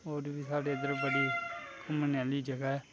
होर बी साढ़े इद्धर बड़ी मनने आह्ली जगहा ऐ